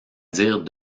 dire